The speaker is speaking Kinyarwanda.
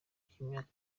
cy’imyaka